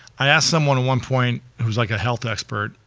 i ask someone at one point, it was like a health expert,